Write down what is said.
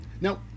Now